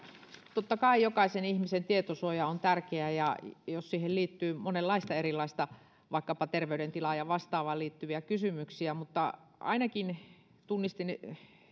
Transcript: totta kai jokaisen ihmisen tietosuoja on tärkeä jos siihen liittyy monenlaisia vaikkapa terveydentilaan ja vastaavaan liittyviä kysymyksiä mutta ainakin tunnistin